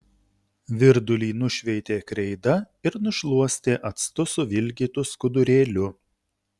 virdulį nušveitė kreida ir nušluostė actu suvilgytu skudurėliu